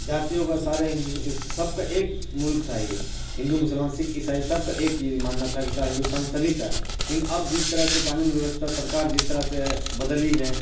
جاتیوں کا سارے سب کا ایک ملک تھا یہ ہندو مسلمان سکھ عیسائی سب کا ایک یہ ماننا تھا کہ سارے ہندوستان سبھی کا لین اب جس طرح سے قانون ویوستھا سرکار جس طرح سے بدلی ہے